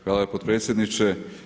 Hvala potpredsjedniče.